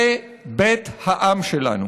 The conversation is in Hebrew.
וזה בית העם שלנו.